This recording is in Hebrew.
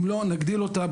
אם לא נגדיל אותה,